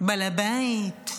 בעל הבית.